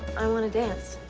i want to dance.